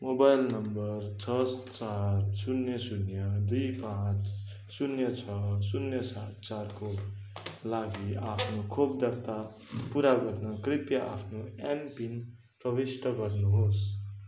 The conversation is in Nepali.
मोबाइल नम्बर छ चार शून्य शून्य दुई पाँच शून्य छ शून्य सात चारको लागि आफ्नो खोप दर्ता पुरा गर्न कृपया आफ्नो एमपिन प्रविष्ट गर्नुहोस्